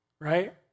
right